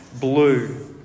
blue